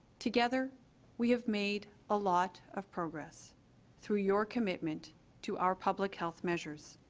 together we have made a lot of progress through your commitment to our public health measures